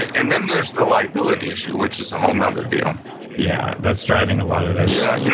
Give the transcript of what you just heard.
and then there's the liability issue, which is a whole nother deal yeah, that's driving a lot of this yeah, you know